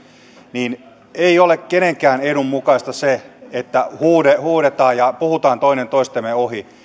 niin ei ole kenenkään edun mukaista se että huudetaan huudetaan ja puhutaan toistemme ohi